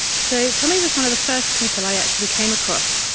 so tommy was one of the first people i actually came across.